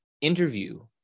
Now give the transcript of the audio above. interview